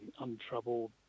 untroubled